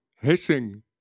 hissing